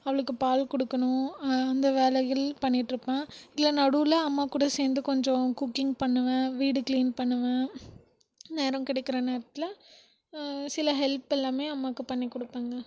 அவளுக்கு பால் கொடுக்கணும் அந்த வேலைகள் பண்ணிகிட்டு இருப்பேன் இதில் நடுவில் அம்மா கூட சேர்ந்து கொஞ்சம் குக்கிங் பண்ணுவேன் வீடு க்ளீன் பண்ணுவேன் நேரம் கிடைக்கிற நேரத்தில் சில ஹெப்பெல்லாமே அம்மாவுக்கு பண்ணிக் கொடுப்பேங்க